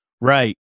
right